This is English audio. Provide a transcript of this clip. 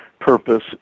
purpose